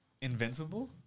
invincible